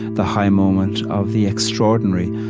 the high moment of the extraordinary,